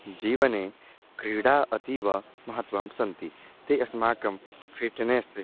जीवने क्रीडायाः अतीवमहत्त्वं सन्ति ताः अस्माकं फ़िट्नेस्